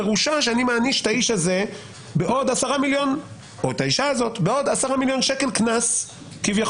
פירושה שאני מעניש את האיש או האישה בעוד 10 מיליון שקל קנס כביכול,